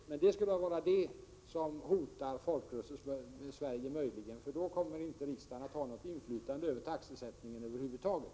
De förslagen skulle möjligen vara det som hotar Folkrörelsesverige — för då kommer inte riksdagen att ha något inflytande över taxesättningen över huvud taget.